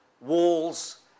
walls